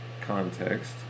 context